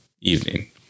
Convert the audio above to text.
evening